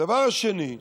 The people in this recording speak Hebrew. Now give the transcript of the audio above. הדבר השני,